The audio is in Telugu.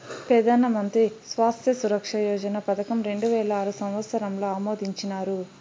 పెదానమంత్రి స్వాస్త్య సురక్ష యోజన పదకం రెండువేల ఆరు సంవత్సరంల ఆమోదించినారు